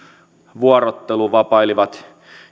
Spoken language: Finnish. vuorotteluvapailivat